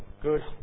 good